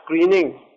screening